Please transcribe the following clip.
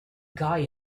guy